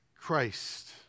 Christ